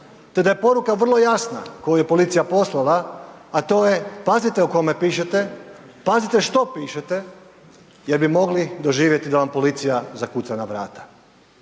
te da je poruka vrlo jasna koju je policija poslala a to je pazite o kome pišete, pazite što pišete jer bi mogli doživjeti da vam policija zakuca na vrata.